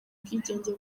bwigenge